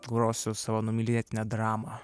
grosiu savo numylėtinę dramą